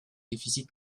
déficit